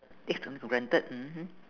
take something for granted mmhmm